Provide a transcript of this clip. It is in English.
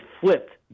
flipped